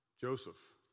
Joseph